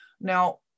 Now